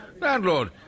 Landlord